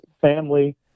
family